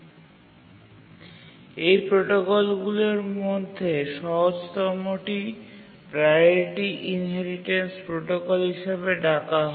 Refer Slide Time 1934 এই প্রোটোকলগুলির মধ্যে সহজতমটিকে প্রাওরিটি ইনহেরিটেন্স প্রোটোকল হিসাবে ডাকা হয়